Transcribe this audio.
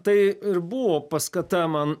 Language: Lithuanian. tai ir buvo paskata man